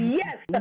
yes